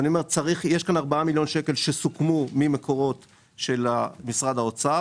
אני אומר שיש כאן ארבעה מיליון שקלים שסוכמו ממקורות של משרד האוצר,